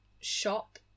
shop